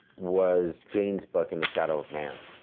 was jane's book in the shadow of man,